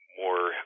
more